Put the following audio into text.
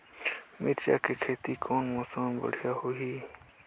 मिरचा के खेती कौन मौसम मे बढ़िया होही?